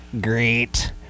great